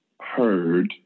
heard